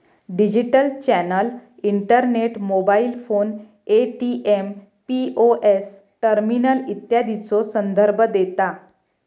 digital channel internet, mobile phone, ATM, POS terminal इत्यादीचो संदर्भ देता